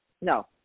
No